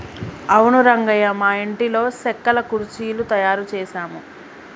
అవును రంగయ్య మా ఇంటిలో సెక్కల కుర్చీలు తయారు చేసాము